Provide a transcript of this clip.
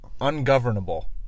ungovernable